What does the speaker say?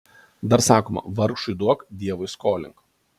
dar sakoma vargšui duok dievui skolink